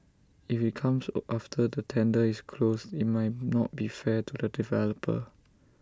if IT comes after the tender is closed IT might not be fair to the developer